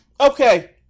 Okay